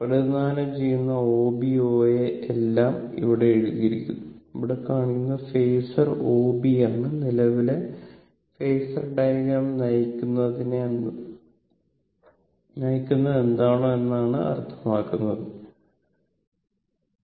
പ്രതിനിധാനം ചെയ്തO B O A എല്ലാം ഇവിടെ എഴുതിയിരിക്കുന്നു ഇവിടെ കാണിക്കുന്നത് ഫാസർ O B ആണ് നിലവിലെ ഫേസർ ഡയഗ്രം നയിക്കുന്നതെന്താണെന്നോ എന്താണ് അർത്ഥമാക്കുന്നതെന്നോ